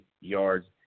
yards